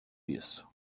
isso